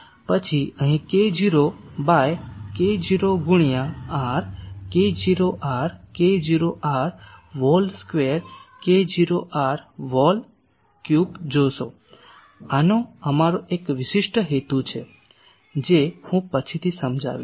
પછી અહીં k0 by k0 ગુણ્યા r k0 r k0 r whole square k0 r whole cube જોશો આનો અમારો એક વિશિષ્ટ હેતુ છે જે હું પછીથી સમજાવીશ